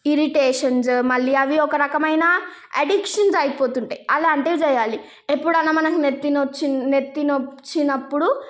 irritations మళ్ళీ అవి ఒక రకమైన అడిక్షన్స్ అయిపోతు ఉంటాయి అలాంటివి చేయాలి ఎప్పుడన్నా మనకు నెత్తినొచ్చి నెత్తి నొచ్చినప్పుడు